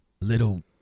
little